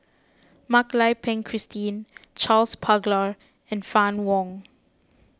Mak Lai Peng Christine Charles Paglar and Fann Wong